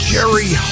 Jerry